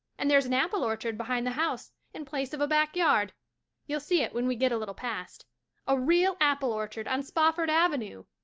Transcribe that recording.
and there's an apple orchard behind the house in place of a back yard you'll see it when we get a little past a real apple orchard on spofford avenue!